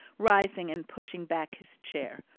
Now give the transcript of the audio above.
rising and pushing back his chair.